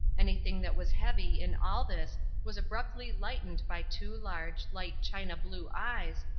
anything that was heavy in all this was abruptly lightened by two large, light china-blue eyes,